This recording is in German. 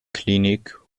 klinik